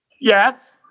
Yes